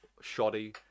shoddy